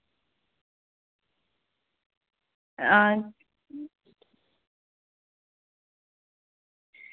हां